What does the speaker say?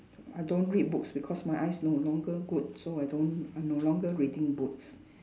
I don't read books because my eyes no longer good so I don't I no longer reading books